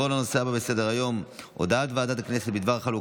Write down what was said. אין נמנעים, יש נוכח אחד.